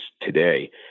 today